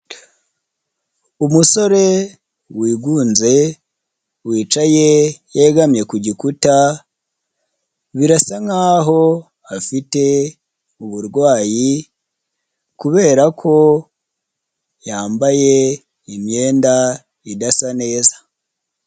Umusore wigunze wicaye yegamiye ku gikuta birasa nk'aho afite uburwayi kubera ko yambaye imyenda idasa neza.